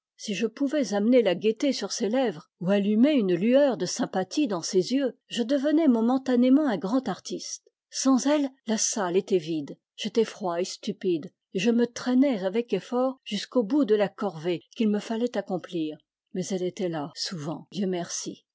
si je pouvais amener la gaîté sur ses lèvres ou allumer une lueur de sympathie dans ses yeux je devenais momentanément un grand artiste sans elle la salle était vide j'étais froid et stupide et je me traînais avec effort jusqu'au bout de la corvée qu'il me fallait accomplir mais elle était là souvent dieu merci